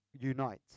unite